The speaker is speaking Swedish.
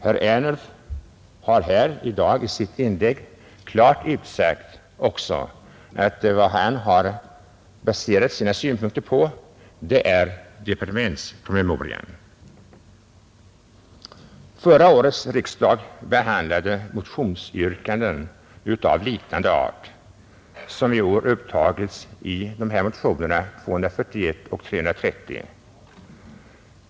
Herr Ernulf har i sitt inlägg i dag också klart utsagt att vad han har baserat sina synpunkter på är departementspromemorian. Förra årets riksdag behandlade motionsyrkanden av liknande art som de som i år upptagits i motionerna 241 och 330.